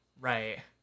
Right